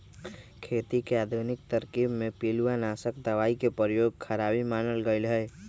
खेती के आधुनिक तरकिब में पिलुआनाशक दबाई के प्रयोग खराबी मानल गेलइ ह